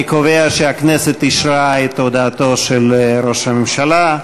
אני קובע שהכנסת אישרה את הודעתו של ראש הממשלה.